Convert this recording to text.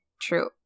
true